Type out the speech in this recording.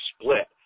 split